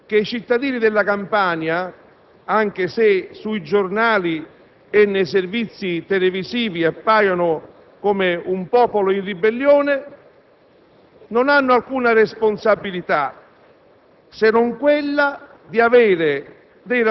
Innanzi tutto, voglio assicurare i colleghi che i cittadini della Campania, anche se sui giornali e nei servizi televisivi appaiono come un popolo in ribellione,